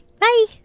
Bye